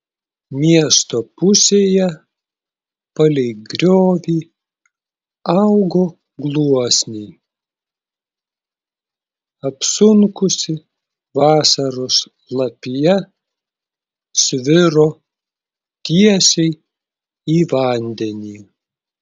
miesto pusėje palei griovį augo gluosniai apsunkusi vasaros lapija sviro tiesiai į vandenį